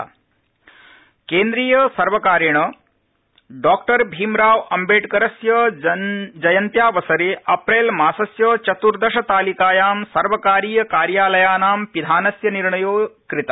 अम्बइक्रिरावकाश केन्द्रीय सर्वकारेण डॉ भीमरावअम्बेडकरस्य जयन्त्यावसरे अप्रैलमासस्य चतुर्दशतालिकायां सर्वकारीय कार्यालयानां पिधानस्य निर्णयो कृत